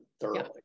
thoroughly